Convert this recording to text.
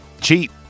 cheap